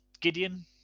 Gideon